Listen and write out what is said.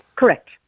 Correct